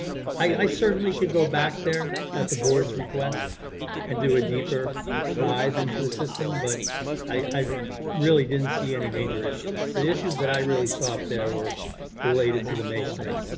i certainly could go back there at the board's request and do a deeper dive into the system, but i really didn't see any major issues, the issues that i really saw up there were related to the masonry,